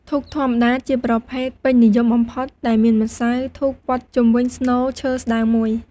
ធូបធម្មតា ជាប្រភេទពេញនិយមបំផុត ដែលមានម្សៅធូបរុំព័ទ្ធជុំវិញស្នូលឈើស្តើងមួយ។